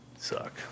Suck